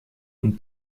und